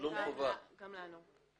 גם לנו.